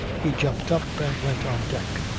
he jumped up and went on deck.